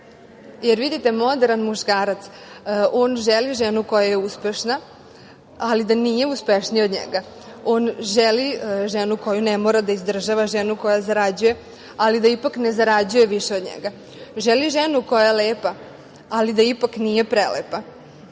Vidite, moderan muškarac, on želi ženu koja je uspešna, ali da nije uspešnija od njega. On želi ženu koju ne mora da izdržava, ženu koja zarađuje, ali da ipak ne zarađuje više od njega. Želi ženu koja je lepa, ali da ipak nije prelepa.